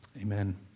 Amen